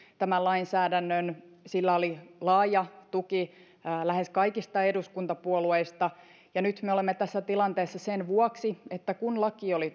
tämän lainsäädännön ja sillä oli laaja tuki lähes kaikista eduskuntapuolueista ja nyt me olemme tässä tilanteessa sen vuoksi että kun laki oli